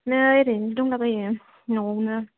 नै ओरैनो दंलाबायो न'आवनो